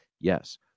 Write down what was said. Yes